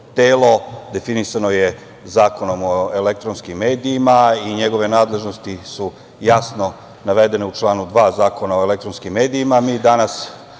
telo, definisano je Zakonom o elektronskim medijima i njegove nadležnosti su jasno navedene u članu 2. Zakona o elektronskim medijima. Mi